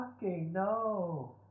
no